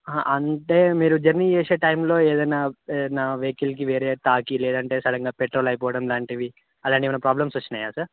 హ అంటే మీరు జర్నీ చేసే టైంలో ఏదైనా వెహికల్కి వేరే తాకి లేదంటే సడన్గా పెట్రోల్ అయిపోవడం లాంటివి అలాంటివి ఏమైనా ప్రాబ్లమ్స్ వచ్చాయా సార్